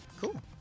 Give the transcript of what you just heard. Cool